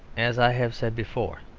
as i have said before,